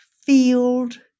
field